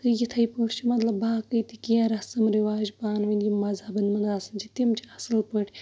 تہٕ یِتھٕے پٲٹھۍ چھُ مطلب باقٕے تہِ کیٚنہہ رَسم رِواج پانہٕ ؤنۍ یِم مَزہَبَن مُناسِب چھِ تِم چھِ اَصٕل پٲٹھۍ